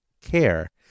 care